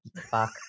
Fuck